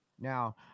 Now